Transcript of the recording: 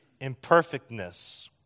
imperfectness